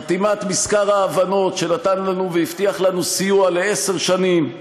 חתימת מזכר ההבנות שנתן לנו והבטיח לנו סיוע לעשר שנים,